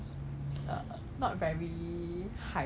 没有什么牌子 but then 很好吃很香